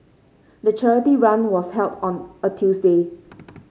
the charity run was held on a Tuesday